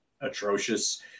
atrocious